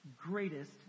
greatest